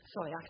sorry